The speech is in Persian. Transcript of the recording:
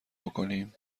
بکنیم